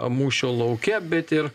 mūšio lauke bet ir